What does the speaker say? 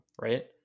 right